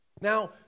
Now